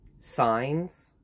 signs